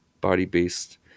body-based